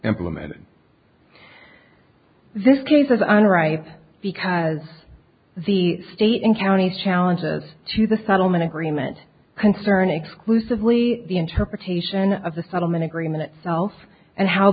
implemented this case is unripe because the state and county challenges to the settlement agreement concern exclusively the interpretation of the settlement agreement itself and how